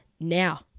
now